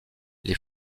les